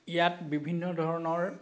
ইয়াত বিভিন্ন ধৰণৰ